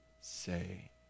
say